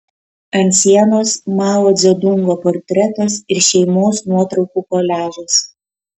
ant sienos mao dzedungo portretas ir šeimos nuotraukų koliažas